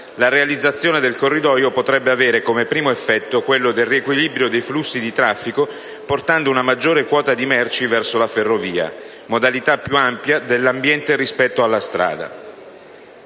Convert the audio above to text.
la realizzazione del corridoio potrebbe avere come primo effetto quello del riequilibrio dei flussi di traffico portando una maggiore quota di merci verso la ferrovia, modalità più amica dell'ambiente rispetto alla strada.